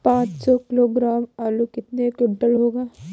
पाँच सौ किलोग्राम आलू कितने क्विंटल होगा?